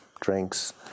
drinks